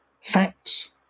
facts